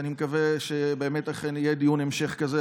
ואני מקווה שבאמת אכן יהיה דיון המשך כזה,